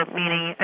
meaning